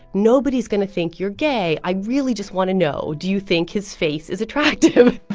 nobody's going to think you're gay. i really just want to know, do you think his face is attractive?